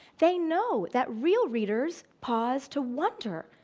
they know that real readers pause to wonder,